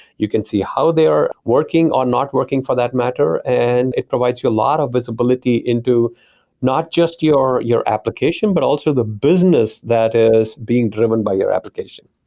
you can see how they are working or not working for that matter, and it provides you a lot of visibility into not just your your application, but also the business that is being driven by your application.